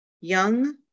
young